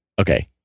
Okay